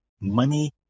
money